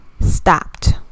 stopped